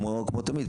כמו תמיד,